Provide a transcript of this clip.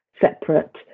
separate